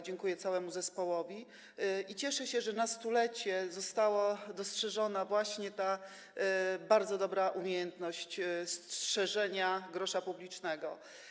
Dziękuję całemu zespołowi i cieszę się, że na stulecie została dostrzeżona ta bardzo dobra umiejętność strzeżenia grosza publicznego.